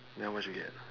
then how much you get